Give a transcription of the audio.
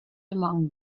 among